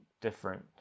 different